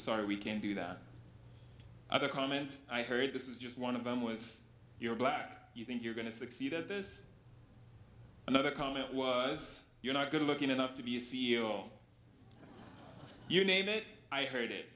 ty we can do that other comment i heard this was just one of them was you're black you think you're going to succeed at this another comment was you're not good looking enough to be a c e o you name it i heard it